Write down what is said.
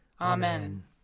Amen